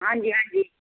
ਹਾਂਜੀ ਹਾਂਜੀ